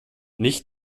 nicht